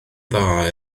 dda